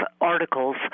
articles